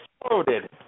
exploded